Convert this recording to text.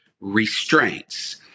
restraints